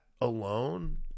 alone